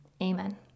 amen